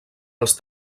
els